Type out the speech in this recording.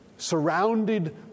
surrounded